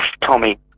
Tommy